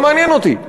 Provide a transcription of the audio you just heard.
לא מעניין אותי.